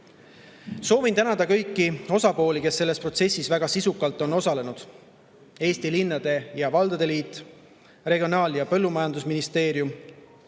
Soovin tänada kõiki osapooli, kes selles protsessis väga sisukalt on osalenud: Eesti Linnade ja Valdade Liitu, Regionaal- ja Põllumajandusministeeriumit.